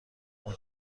اون